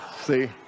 see